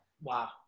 Wow